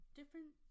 different